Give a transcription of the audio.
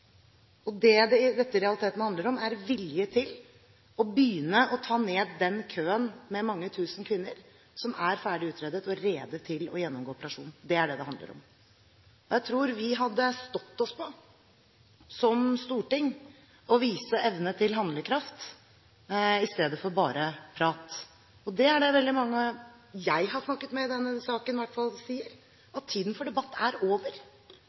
i det private. Det dette i realiteten handler om, er vilje til å begynne å ta ned den køen med mange tusen kvinner som er ferdig utredet og rede til å gjennomgå operasjon. Det er det det handler om. Jeg tror vi hadde stått oss på som storting å vise evne til handlekraft i stedet for bare prat. Det er i hvert fall det veldig mange jeg har snakket med i denne saken, sier, at tiden for debatt er over.